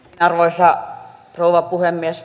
arvoisa rouva puhemies